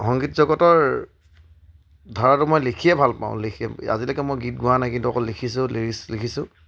সংগীত জগতৰ ধাৰাটো মই লিখিয়ে ভাল পাওঁ লিখি আজিলৈকে মই গীত গোৱা নাই কিন্তু অকল লিখিছোঁ লিৰিক্স লিখিছোঁ